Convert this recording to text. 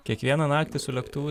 kiekvieną naktį su lėktuvu